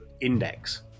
index